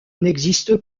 n’existe